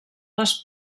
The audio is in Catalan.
les